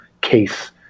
case